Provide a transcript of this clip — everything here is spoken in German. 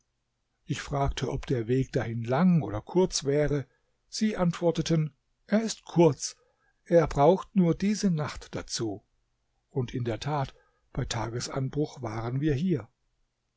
ich fragte ob der weg dahin lang oder kurz wäre sie antworteten er ist kurz er braucht nur diese nacht dazu und in der tat bei tagesanbruch waren wir hier